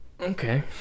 Okay